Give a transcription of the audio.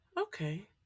Okay